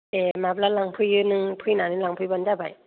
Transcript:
दे माब्ला लांफैयो नों फैनानै लांफैबानो जाबाय